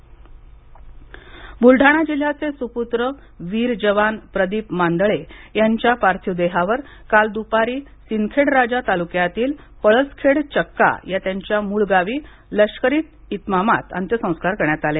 हुतात्मा मांदळे ब्रलडाणा जिल्ह्याचे सुपूत्र वीर जवान प्रदीप मांदळे यांच्या पार्थिव देहावर काल दुपारी सिंदखेडराजा तालुक्यातील पळसखेड चक्का या त्यांच्या मूळ गावी लष्करी इतमामात अंत्यसंस्कार करण्यात आले